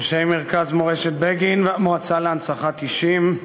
אנשי מרכז מורשת בגין, המועצה להנצחת אישים,